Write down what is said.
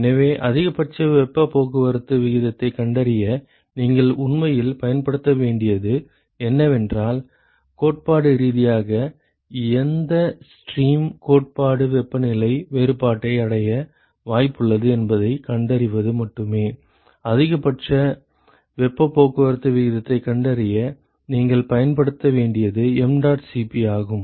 எனவே அதிகபட்ச வெப்பப் போக்குவரத்து விகிதத்தைக் கண்டறிய நீங்கள் உண்மையில் பயன்படுத்த வேண்டியது என்னவென்றால் கோட்பாட்டு ரீதியாக எந்த ஸ்ட்ரீம் கோட்பாட்டு வெப்பநிலை வேறுபாட்டை அடைய வாய்ப்புள்ளது என்பதைக் கண்டறிவது மட்டுமே அதிகபட்ச வெப்பப் போக்குவரத்து விகிதத்தைக் கண்டறிய நீங்கள் பயன்படுத்த வேண்டியது mdot Cp ஆகும்